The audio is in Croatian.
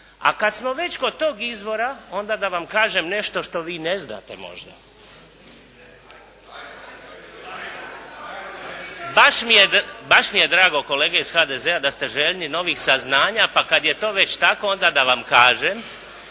A kad smo već kod tog izvora onda da vam kažem nešto što vi ne znate možda. … /Upadica se ne čuje./ … Baš mi je drago kolege iz HDZ-a da ste željni novih saznanja. Pa kad je to već tako onda da vam kažem,